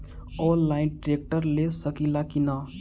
Online tractor ले सकीला कि न?